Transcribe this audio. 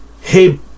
Hey